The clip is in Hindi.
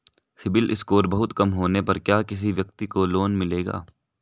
सिबिल स्कोर बहुत कम होने पर क्या किसी व्यक्ति को लोंन मिलेगा?